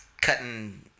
cutting